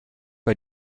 bei